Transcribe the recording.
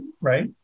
Right